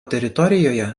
teritorijoje